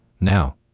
Now